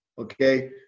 Okay